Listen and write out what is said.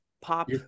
pop